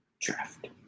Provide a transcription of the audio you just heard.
draft